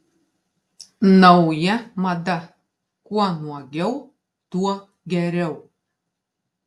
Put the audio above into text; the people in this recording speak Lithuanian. nauja mada kuo nuogiau tuo geriau